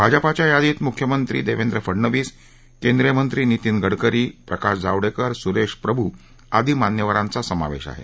भाजपच्या यादीत मुख्यमंत्री देवेंद्र फडणवीस केंद्रीय मंत्री नीतीन गडकरी प्रकाश जावडेकर सुरेश प्रभू आदी मान्यवरांचा समावेश आहे